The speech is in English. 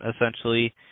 essentially